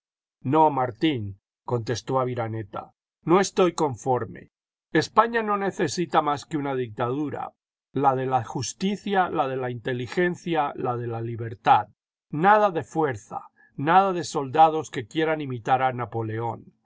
no martín contestó aviraneta no estoy conforme españa no necesita más que una dictadura la de la justicia la de la inteligencia la de la libertad nada de fuerza nada de soldados que quieran imitar a napoleón